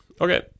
Okay